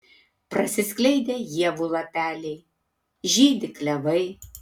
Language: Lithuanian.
prasiskleidę ievų lapeliai žydi klevai